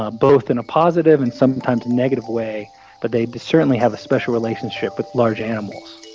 ah both in a positive and sometimes negative way, but they certainly have a special relationship with large animals.